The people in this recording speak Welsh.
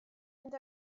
mynd